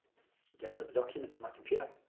download the document to my computer.